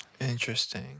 Interesting